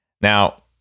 Now